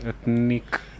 ethnic